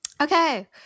okay